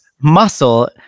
muscle